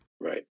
Right